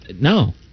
No